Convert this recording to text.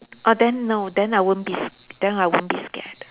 err then no then I won't be s~ then I won't be scared